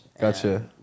gotcha